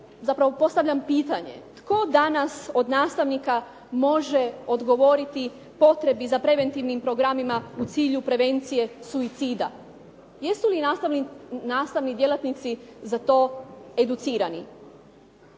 zapravo postavljam pitanje, tko danas od nastavnika može odgovoriti potrebi za preventivnim programima u cilju prevencije suicida? Jesu li nastavni djelatnici za to educirani?